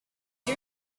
you